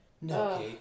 No